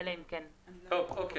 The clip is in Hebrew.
אלא אם כן תקבעו אחרת.